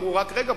אמרו: רק רגע,